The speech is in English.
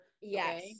Yes